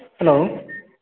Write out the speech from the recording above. hello